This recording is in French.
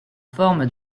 forme